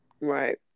Right